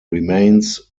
remains